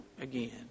again